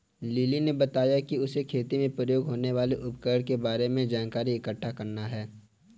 lily ने बताया कि उसे खेती में प्रयोग होने वाले उपकरण के बारे में जानकारी इकट्ठा करना है